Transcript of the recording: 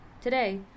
Today